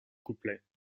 couplets